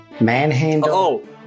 manhandle